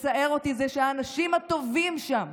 מצער אותי, זה שהאנשים הטובים שם,